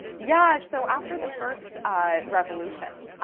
yeah. so after the first ah revolution,